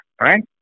Right